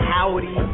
Howdy